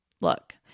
Look